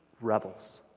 rebels